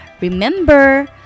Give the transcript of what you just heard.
Remember